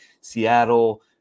Seattle